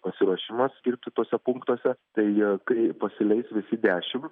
pasiruošimas ir kituose punktuose deja kai pasileis visi dešimt